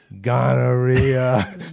gonorrhea